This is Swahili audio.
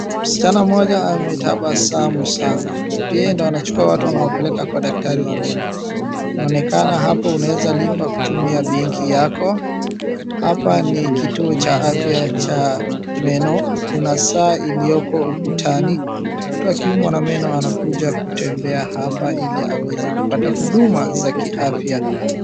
Msichana mmoja ametabasamu sana yeye ndiye anachukua watu anawapeleka kwa daktari wa meno inaonekana hapo unaweza lipa kutumia benki yako. Hapa ni kituo cha afya cha meno kuna saa iliyoko ukutani mtu akiuumwa na meno anakuja kutembea hapa ili aweze kupata huduma za kiafya.